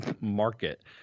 market